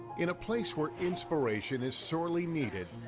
in a place where inspiration is sorely needed,